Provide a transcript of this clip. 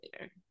later